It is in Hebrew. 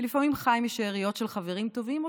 ולפעמים חי משאריות של חברים טובים או